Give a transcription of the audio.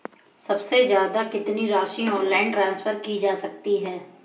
सबसे ज़्यादा कितनी राशि ऑनलाइन ट्रांसफर की जा सकती है?